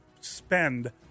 spend